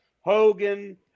Hogan